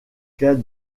cas